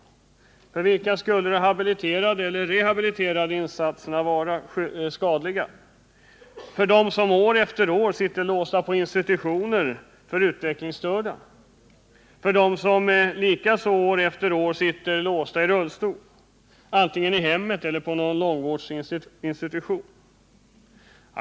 För vilka skulle habiliterande eller rehabiliterande insatser vara skadliga? För dem som år efter år sitter låsta på institutioner för utvecklingsstörda? För dem som likaså år efter år sitter låsta i rullstol, antingen i hemmen eller på någon långvårdsinstitution?